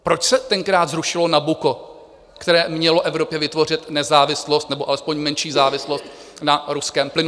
Proč se tenkrát zrušilo Nabucco, které mělo Evropě vytvořit nezávislost nebo alespoň menší závislost na ruském plynu?